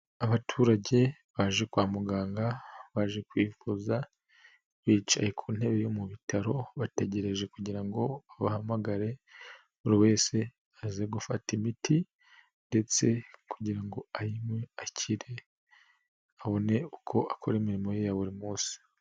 Abaturage baje kwa muganga baje kwivuza, bicaye ku ntebe yo mu bitaro bategereje kugira ngo babahamagare buri wese aze gufata imiti ndetse kugira ngo ayinywe akire abone uko akora imirimo ye ya buri munsi.